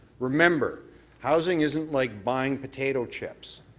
remember housing isn't like buy ing potato chips.